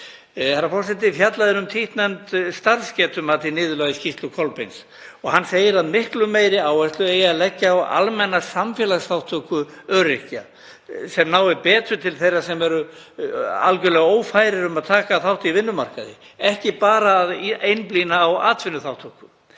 forseti. Fjallað er um títtnefnt starfsgetumat í niðurlagi skýrslu Kolbeins og segir hann að miklu meiri áherslu eigi að leggja á almenna samfélagsþátttöku öryrkja sem nái betur til þeirra sem eru algjörlega ófærir um að taka þátt á vinnumarkaði, ekki bara að einblína á atvinnuþátttöku.